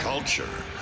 Culture